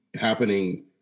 happening